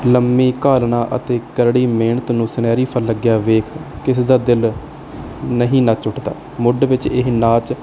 ਲੰਮੀ ਘਾਲਣਾ ਅਤੇ ਕਰੜੀ ਮਿਹਨਤ ਨੂੰ ਸੁਨਹਿਰੀ ਫਲ ਲੱਗਿਆ ਵੇਖ ਕਿਸੇ ਦਾ ਦਿਲ ਨਹੀਂ ਨੱਚ ਉੱਠਦਾ ਮੁੱਢ ਵਿੱਚ ਇਹ ਨਾਚ